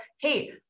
hey